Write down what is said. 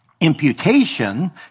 Imputation